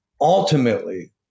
ultimately